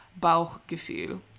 Bauchgefühl